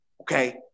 Okay